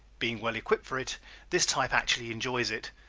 being well equipped for it this type actually enjoys it.